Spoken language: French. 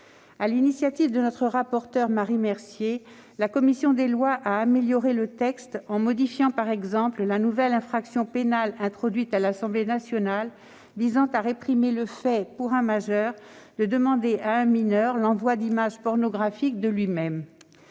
l'initiative de notre rapporteur Marie Mercier, la commission des lois a amélioré le texte en modifiant par exemple la nouvelle infraction pénale introduite à l'Assemblée nationale visant à réprimer le fait, pour un majeur, de demander à un mineur l'envoi d'images pornographiques de lui-même.